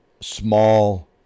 small